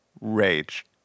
rage